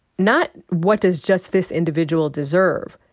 not what does just this individual deserve,